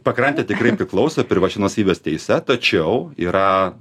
pakrantė tikrai priklauso privačia nuosavybės teise tačiau yra